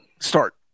Start